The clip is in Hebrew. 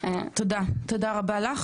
תודה, תודה רבה לך.